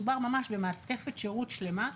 מדובר ממש במעטפת שירות שלמה,